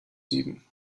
sieben